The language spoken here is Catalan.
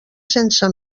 sense